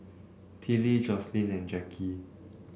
Tillie Joslyn and Jackie